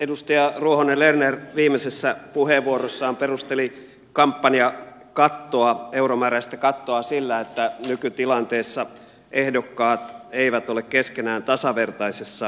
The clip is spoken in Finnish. edustaja ruohonen lerner viimeisessä puheenvuorossaan perusteli kampanjakattoa euromääräistä kattoa sillä että nykytilanteessa ehdokkaat eivät ole keskenään tasavertaisessa asemassa